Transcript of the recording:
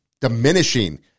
diminishing